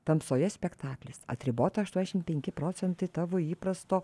tamsoje spektaklis atribota aštuoniasdešim penki procentai tavo įprasto